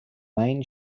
main